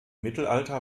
mittelalter